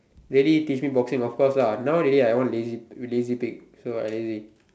ready teach him boxing of course lah now already I one lazy lazy pig so I lazy